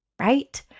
right